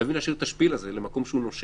חייבים להשאיר את השפיל הזה למקום שהוא נושם.